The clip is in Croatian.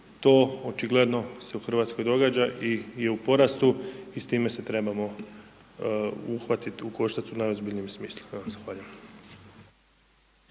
to očigledno se u RH događa i je u porastu i s time se trebamo uhvatiti u koštac u najozbiljnijem smislu. Evo,